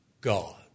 God